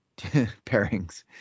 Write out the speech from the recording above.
pairings